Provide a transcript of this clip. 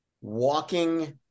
walking